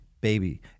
baby